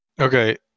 Okay